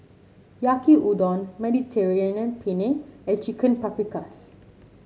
Yaki Udon Mediterranean Penne and Chicken Paprikas